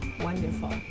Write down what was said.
Wonderful